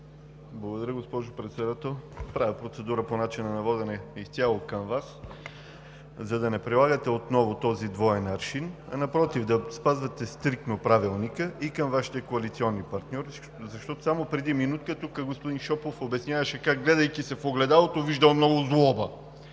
Благодаря, госпожо Председател. Правя процедура по начина на водене изцяло към Вас, за да не прилагате отново двоен аршин, а напротив – да спазвате стриктно Правилника и към Вашите коалиционни партньори, защото само преди минутка тук господин Шопов обясняваше, как, гледайки се в огледалото, виждал много злоба,